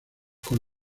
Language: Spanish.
con